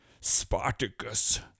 Spartacus